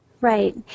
right